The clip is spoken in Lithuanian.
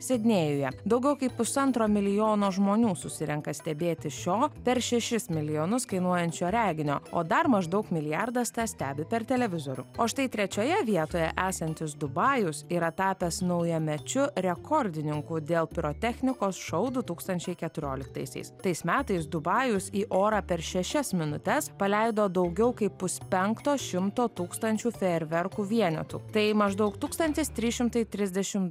sidnėjuje daugiau kaip pusantro milijono žmonių susirenka stebėti šio per šešis milijonus kainuojančio reginio o dar maždaug milijardas tą stebi per televizorių o štai trečioje vietoje esantis dubajus yra tapęs naujamečiu rekordininku dėl pirotechnikos šou du tūkstančiai keturioliktaisiais tais metais dubajus į orą per šešias minutes paleido daugiau kaip puspenkto šimto tūkstančių fejerverkų vienetų tai maždaug tūkstantis trys šimtai trisdešim